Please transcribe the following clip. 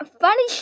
funny